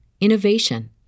innovation